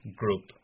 group